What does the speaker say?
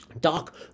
Doc